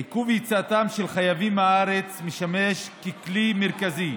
עיכוב יציאתם של חייבים מהארץ משמש כלי מרכזי